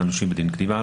לנושים בדין קדימה,